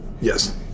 Yes